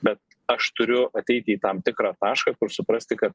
bet aš turiu ateiti į tam tikrą tašką kur suprasti kad